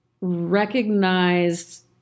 recognized